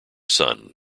son